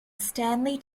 stanley